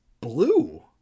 blue